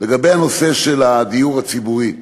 לגבי נושא הדיור הציבורי,